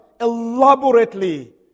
elaborately